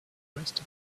rest